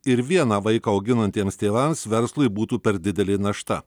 ir vieną vaiką auginantiems tėvams verslui būtų per didelė našta